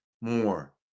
more